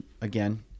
again